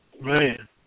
Man